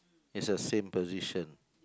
is the same position